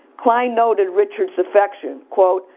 klein noted richard's affection. quote,